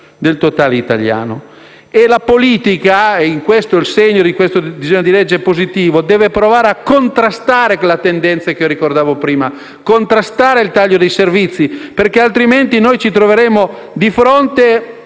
del totale italiano. La politica, e questo è il segno positivo di questo disegno di legge, deve provare a contrastare la tendenza che ricordavo prima, contrastare il taglio dei servizi, altrimenti noi ci troveremo di fronte